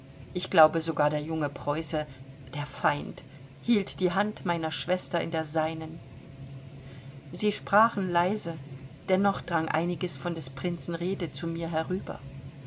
ich glaube sogar der junge preuße der feind hielt die hand meiner schwester in der seinen sie sprachen leise dennoch drang einiges von des prinzen rede zu mir herüber